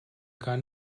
gar